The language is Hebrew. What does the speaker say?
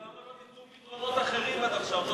אבל למה לא ניתנו פתרונות אחרים עד עכשיו?